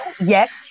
Yes